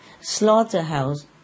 slaughterhouse